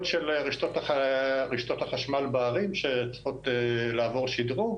של רשתות החשמל בערים שצריכות לעבור שידרוג